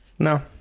No